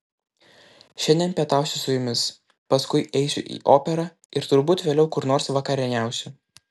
šiandien pietausiu su jumis paskui eisiu į operą ir turbūt vėliau kur nors vakarieniausiu